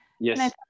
Yes